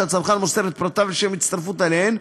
שהצרכן מוסר את פרטיו לשם הצטרפות אליהן,